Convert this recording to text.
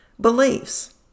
Beliefs